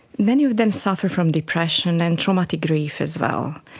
many of them suffer from depression and traumatic grief as well.